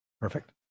Perfect